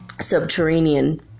subterranean